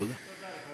תודה.